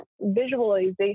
visualization